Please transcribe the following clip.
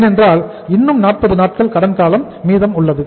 ஏனென்றால் இன்னும் 40 நாட்கள் கடன் காலம் மீதம் உள்ளது